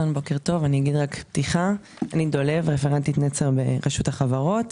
אני רפרנטית נצר ברשות החברות.